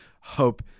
Hope